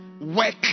work